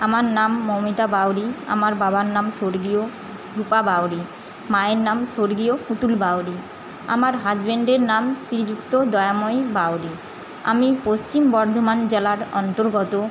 আমার নাম মৌমিতা বাউড়ি আমার বাবার নাম স্বর্গীয় রূপা বাউড়ি মায়ের নাম স্বর্গীয় পুতুল বাউড়ি আমার হাজব্যান্ডের নাম শ্রীযুক্ত দয়াময় বাউড়ি আমি পশ্চিম বর্ধমান জেলার অন্তর্গত